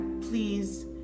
please